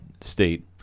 state